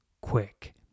quick